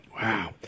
Wow